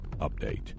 update